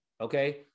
Okay